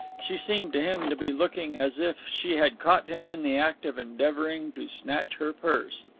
she seemed to him to be looking as if she had caught him in the act of endeavouring to snatch her purse.